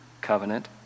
covenant